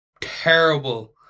terrible